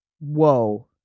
Whoa